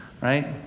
right